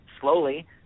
slowly